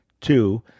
two